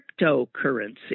cryptocurrency